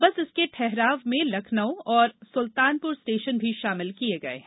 बस इसके ठहराव में लखनऊ तथा सुल्तानपुर स्टेशन भी शामिल किये गये है